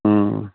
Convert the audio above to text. অঁ